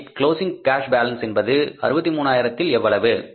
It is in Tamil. எனவே க்ளோஸிங் கேஷ் பாலன்ஸ் என்பது 63000 இல் எவ்வளவு